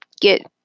get